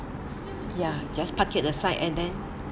ya just park it aside then